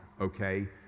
okay